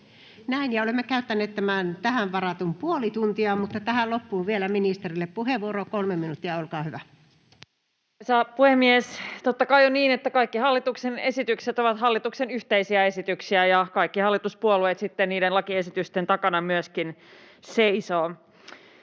Näin olemme käyttäneet tähän varatun puoli tuntia, mutta tähän loppuun vielä ministerille puheenvuoro. — 3 minuuttia, olkaa hyvä. Arvoisa puhemies! Totta kai on niin, että kaikki hallituksen esitykset ovat hallituksen yhteisiä esityksiä ja kaikki hallituspuolueet sitten niiden lakiesitysten takana myöskin seisovat.